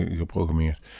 geprogrammeerd